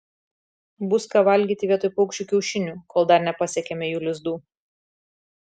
bus ką valgyti vietoj paukščių kiaušinių kol dar nepasiekėme jų lizdų